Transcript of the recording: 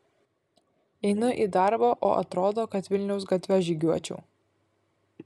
einu į darbą o atrodo kad vilniaus gatve žygiuočiau